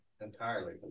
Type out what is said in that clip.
entirely